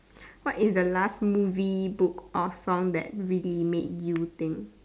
what is the last movie book or song that really made you think